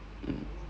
um